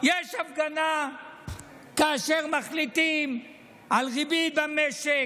יש הפגנה כאשר מחליטים על ריבית במשק,